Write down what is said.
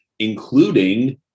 including